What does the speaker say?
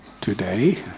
today